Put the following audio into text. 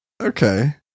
Okay